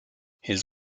his